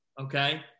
Okay